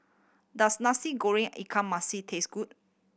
does Nasi Goreng ikan masin taste good